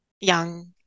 young